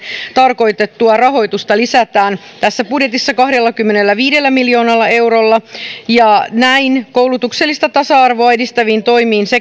tarkoitettua rahoitusta lisätään tässä budjetissa kahdellakymmenelläviidellä miljoonalla eurolla näin koulutuksellista tasa arvoa edistäviin toimiin